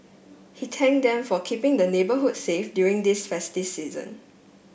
he thanked them for keeping the neighbourhood safe during this festive season